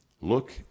look